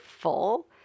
full